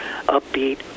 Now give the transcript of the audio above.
upbeat